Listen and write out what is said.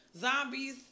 zombies